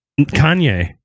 Kanye